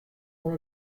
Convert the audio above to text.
oan